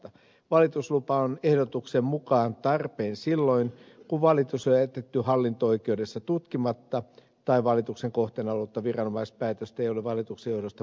valituslupa on ehdotuksen mukaan tarpeen silloin kun valitus on jätetty hallinto oikeudessa tutkimatta tai valituksen kohteena ollutta viranomaispäätöstä ei ole valituksen johdosta muutettu